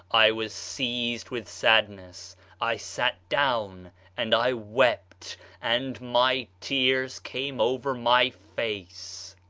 i was seized with sadness i sat down and i wept and my tears came over my face.